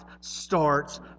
starts